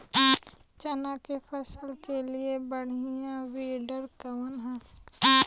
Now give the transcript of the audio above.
चना के फसल के लिए बढ़ियां विडर कवन ह?